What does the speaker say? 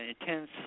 intense